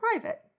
private